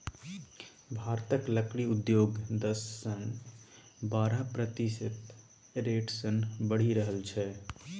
भारतक लकड़ी उद्योग दस सँ बारह प्रतिशत रेट सँ बढ़ि रहल छै